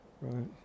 Right